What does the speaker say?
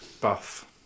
Buff